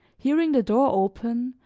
hearing the door open,